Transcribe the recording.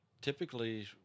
typically